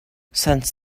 since